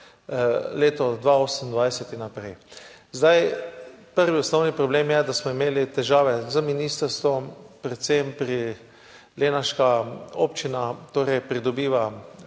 leto 2028 in naprej. Prvi osnovni problem je, da smo imeli težave z ministrstvom, lenarška občina torej pridobiva